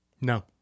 No